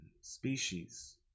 species